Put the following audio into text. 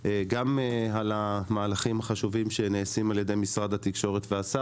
גם על המהלכים החשובים שנעשים על-ידי משרד התקשורת והשר